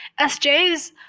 SJs